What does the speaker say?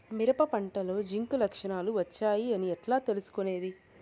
మిరప పంటలో జింక్ లక్షణాలు వచ్చాయి అని ఎట్లా తెలుసుకొనేది?